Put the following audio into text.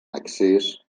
excés